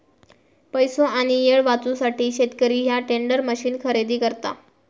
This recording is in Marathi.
पैसो आणि येळ वाचवूसाठी शेतकरी ह्या टेंडर मशीन खरेदी करता